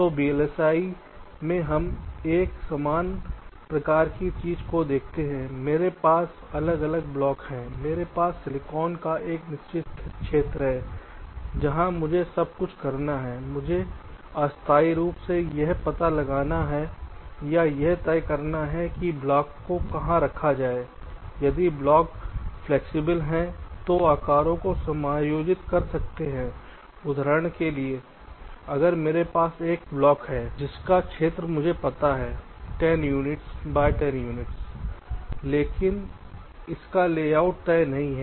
तो वीएलएसआई में हम एक समान प्रकार की चीज को देखते हैं मेरे पास अलग अलग ब्लॉक हैं मेरे पास सिलिकॉन का एक निश्चित क्षेत्र है जहां मुझे सब कुछ रखना है मुझे अस्थायी रूप से यह पता लगाना है या यह तय करना है कि ब्लॉक को कहां रखा जाए और यदि ब्लॉक फ्लैक्सिबल हैं तो आकारों को समायोजित कर सकते हैं उदाहरण के लिए अगर मेरे पास एक ब्लॉक है कि जिसका क्षेत्र मुझे पता है 10 यूनिट बाय 10 यूनिट हैं लेकिन इसका लेआउट तय नहीं है